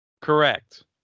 Correct